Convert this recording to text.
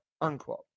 unquote